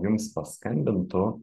jums paskambintų